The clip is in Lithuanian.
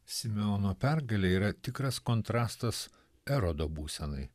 simeono pergalė yra tikras kontrastas erodo būsenai